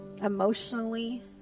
emotionally